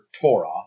Torah